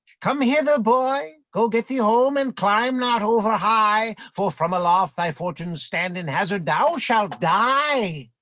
come hither boy, go get thee home, and climb not overhigh for from aloft thy fortunes stand in hazard thou shalt die.